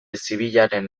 zibilaren